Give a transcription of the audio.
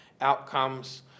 outcomes